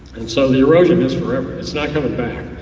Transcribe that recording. and so the erosion is forever, it's not coming back.